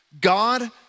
God